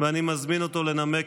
17 בעד, אין מתנגדים, אין נמנעים.